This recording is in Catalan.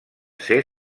ser